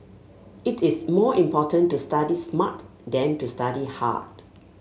it is more important to study smart than to study hard